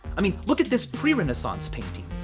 i mean, look at this pre-renaissance painting.